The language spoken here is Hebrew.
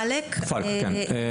כן,